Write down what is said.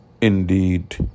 indeed